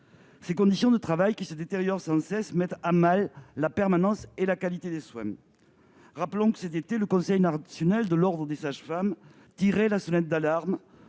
Ces conditions de travail, qui se détériorent sans cesse, mettent à mal la permanence et la qualité des soins. Rappelons que, cet été, le Conseil national de l'ordre des sages-femmes tirait la sonnette d'alarme